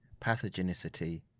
pathogenicity